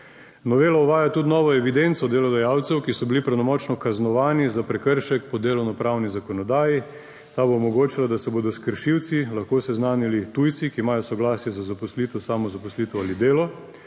Novela uvaja tudi novo evidenco delodajalcev, ki so bili pravnomočno kaznovani za prekršek po delovnopravni zakonodaji. Ta bo omogočila, da se bodo s kršilci lahko seznanili tujci, ki imajo soglasje za zaposlitev, samozaposlitev ali delo,